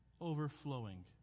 overflowing